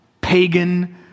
pagan